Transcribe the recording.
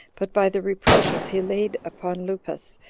but by the reproaches he laid upon lupus,